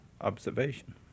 observation